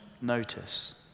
notice